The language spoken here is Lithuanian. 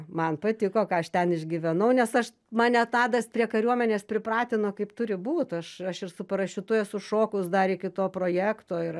man patiko ką aš ten išgyvenau nes aš mane tadas prie kariuomenės pripratino kaip turi būt aš aš ir su parašiutu esu šokus dar iki to projekto ir